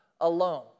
alone